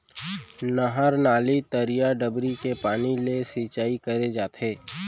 नहर, नाली, तरिया, डबरी के पानी ले सिंचाई करे जाथे